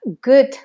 good